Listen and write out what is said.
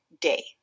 day